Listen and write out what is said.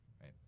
right